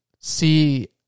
see